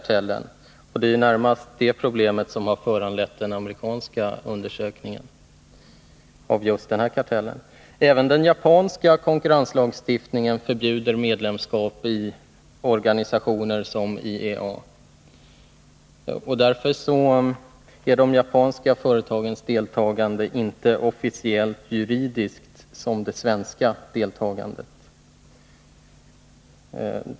Det är närmast de problemen som föranlett den amerikanska undersökningen av kartellen. Även den japanska konkurrenslagstiftningen förbjuder medlemskap i organisationer som IEA. Därför är de japanska företagens deltagande inte officiellt-juridiskt som det svenska deltagandet.